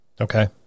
Okay